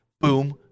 boom